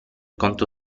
conto